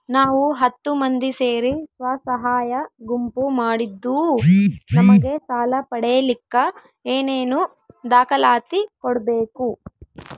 ನಾವು ಹತ್ತು ಮಂದಿ ಸೇರಿ ಸ್ವಸಹಾಯ ಗುಂಪು ಮಾಡಿದ್ದೂ ನಮಗೆ ಸಾಲ ಪಡೇಲಿಕ್ಕ ಏನೇನು ದಾಖಲಾತಿ ಕೊಡ್ಬೇಕು?